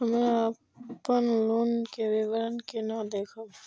हमरा अपन लोन के विवरण केना देखब?